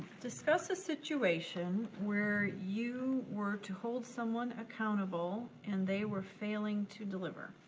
describe a situation where you were to hold someone accountable and they were failing to deliver.